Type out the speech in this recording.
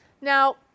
Now